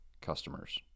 customers